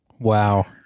Wow